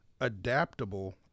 adaptable